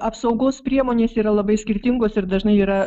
apsaugos priemonės yra labai skirtingos ir dažnai yra